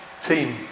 team